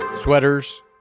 sweaters